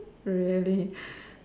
really